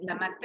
la